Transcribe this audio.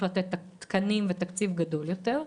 לקבוע תקנים ולהקצות תקציב גבוה יותר.